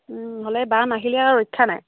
নহ'লে বান আহিলে আৰু ৰক্ষা নাই